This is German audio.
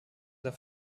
sehr